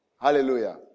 Hallelujah